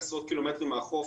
עשרות קילומטרים מהחוף,